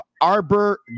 Arbor